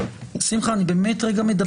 שמחה, אני באמת מדבר איתך.